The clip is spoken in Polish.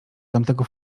tamtego